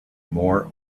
more